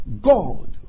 God